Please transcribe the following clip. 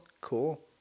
cool